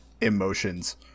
emotions